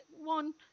one